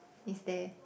is there